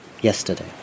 yesterday